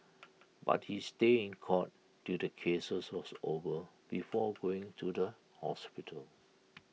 but he stayed in court till the case was over before going to the hospital